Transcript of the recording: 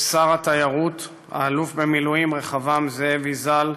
כששר התיירות האלוף במילואים רחבעם זאבי ז"ל